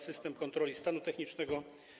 System kontroli stanu technicznego.